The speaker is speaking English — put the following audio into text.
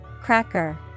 Cracker